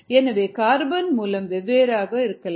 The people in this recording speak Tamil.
எனவே கார்பன் மூலம் வெவ்வேறாக இருக்கலாம்